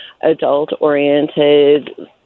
adult-oriented